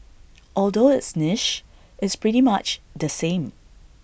although it's niche it's pretty much the same